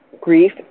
grief